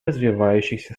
развивающихся